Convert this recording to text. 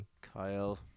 Kyle